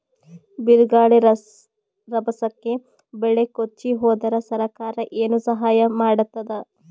ಬಿರುಗಾಳಿ ರಭಸಕ್ಕೆ ಬೆಳೆ ಕೊಚ್ಚಿಹೋದರ ಸರಕಾರ ಏನು ಸಹಾಯ ಮಾಡತ್ತದ?